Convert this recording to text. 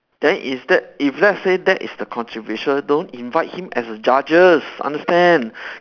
then is that if let's say that's the controversial don't invite him as a judges understand